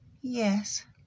Yes